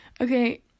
Okay